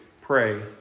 pray